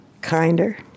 kinder